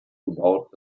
gebaut